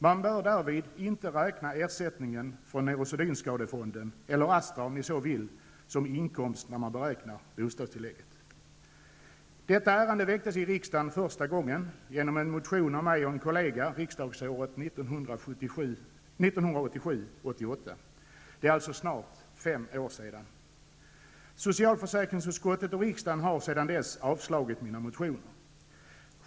Man bör därvid inte räkna ersättningen från neurosedynskadefonden, eller Astra om ni så vill, som inkomst när man beräknar bostadstillägget. Detta ärende väcktes i riksdagen första gången genom en motion av mig och en kollega riksdagesåret 1987/88. Det är alltså snart fem år sedan. Socialförsäkringsutskottet och riksdagen har sedan dess avslagit mina motioner.